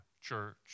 church